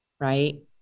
right